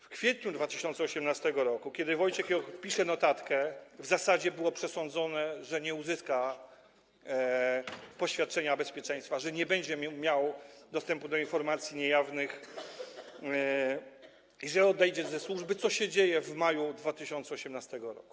W kwietniu 2018 r., kiedy Wojciech J. pisze notatkę, w zasadzie było przesądzone, że nie uzyska poświadczenia bezpieczeństwa, że nie będzie miał dostępu do informacji niejawnych i że odejdzie ze służby, co się dzieje w maju 2018 r.